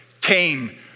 came